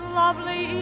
lovely